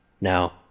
now